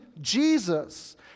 Jesus